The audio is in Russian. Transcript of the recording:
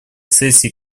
сессии